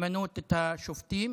למנות את השופטים,